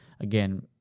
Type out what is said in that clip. again